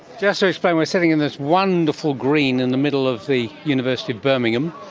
just to explain, we are sitting in this wonderful green in the middle of the university of birmingham.